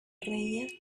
reía